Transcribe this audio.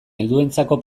helduentzako